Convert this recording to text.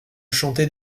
chanter